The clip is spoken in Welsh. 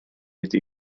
ydy